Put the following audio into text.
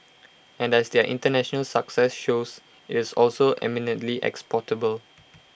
and as their International success shows IT is also eminently exportable